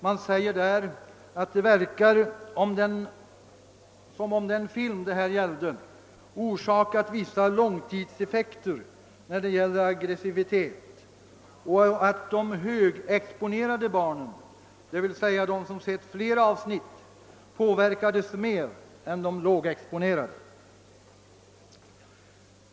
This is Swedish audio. Man säger där att det verkar som om den film det gällde orsakat vissa långtidseffekter i fråga om aggressivitet och att de högexponerade barnen, d. v. s. de som sett flera avsnitt, påverkades mer än de lågexponerade.